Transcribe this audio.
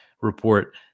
report